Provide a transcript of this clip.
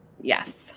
Yes